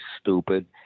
stupid